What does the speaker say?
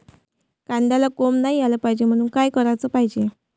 कांद्याला कोंब नाई आलं पायजे म्हनून का कराच पायजे?